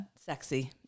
sexy